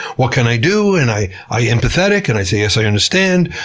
what can i do? and i i empathize like and i say, yes, i understand.